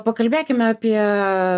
pakalbėkime apie